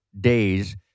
days